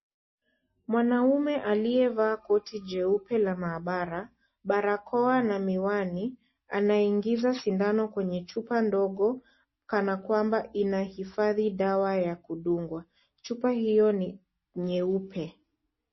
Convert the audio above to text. Mwanaume aliyevaa koti jeupe la mabara, barakoa na miwani, anaingiza sindano kwenye chupa ndogo, kana kwamba ina hifadhi dawa ya kudungwa. Chupa hiyo ni nyeupe.